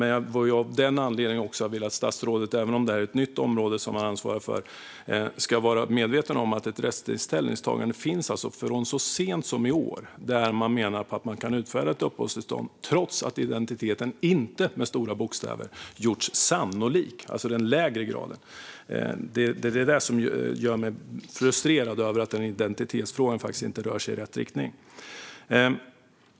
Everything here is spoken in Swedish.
Även om det är ett nytt område som statsrådet ansvarar för ska han vara medveten om att det finns ett rättsligt ställningstagande från så sent som i år där man menar att man kan utfärda ett uppehållstillstånd trots att identiteten inte, med stora bokstäver, har gjorts sannolik, alltså den lägre graden. Det som gör mig frustrerad är att identitetsfrågan inte rör sig i rätt riktning.